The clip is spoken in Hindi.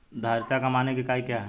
धारिता का मानक इकाई क्या है?